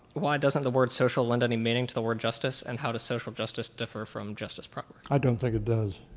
why doesn't the word social lend any meaning to the word justice, and how does social justice differ from justice proper? i don't think it does.